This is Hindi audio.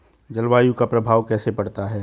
जलवायु का प्रभाव कैसे पड़ता है?